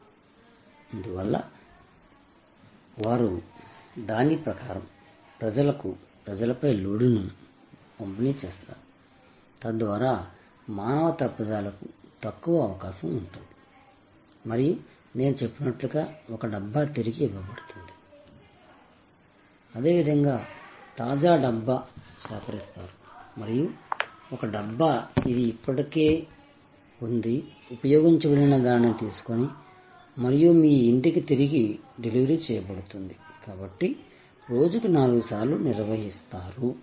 అందువల్ల వారు దాని ప్రకారం ప్రజలపై లోడ్ను పంపిణీ చేస్తారు తద్వారా మానవ తప్పిదాలకు తక్కువ అవకాశం ఉంటుంది మరియు నేను చెప్పినట్లుగా ఒక డబ్బా తిరిగి ఇవ్వబడింది అదేవిధంగా తాజా డబ్బా సేకరిస్తారు మరియు ఒక డబ్బా ఇది ఇప్పటికే ఉంది ఉపయోగించబడిన దానిని తీసుకొని మరియు మీ ఇంటికి తిరిగి డెలివరీ చేయబడుతుంది కాబట్టి రోజుకు నాలుగు సార్లు నిర్వహిస్తారు